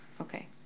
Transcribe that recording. okay